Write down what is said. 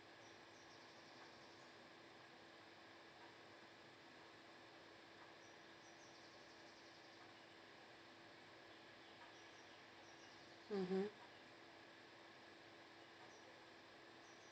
mmhmm